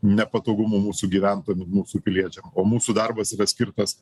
nepatogumų mūsų gyventojam ir mūsų piliečiam o mūsų darbas yra skirtas